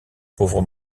pauvre